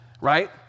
right